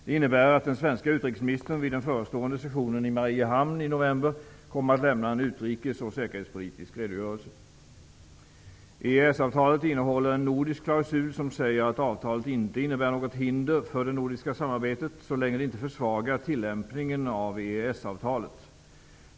Det innebär att den svenska utrikesministern vid den förestående sessionen i Mariehamn i november kommer att lämna en utrikes och säkerhetspolitisk redogörelse. EES-avtalet innehåller en nordisk klausul som säger att avtalet inte innebär något hinder för det nordiska samarbetet, så länge det inte försvagar tillämpningen av EES-avtalet.